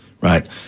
right